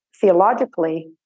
theologically